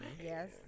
Yes